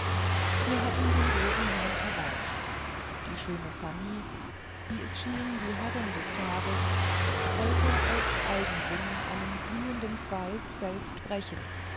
wir hatten den rosenhain erreicht die schöne fanny wie es schien die herrin des tages wollte aus eigensinn einen blühenden zweig selbst brechen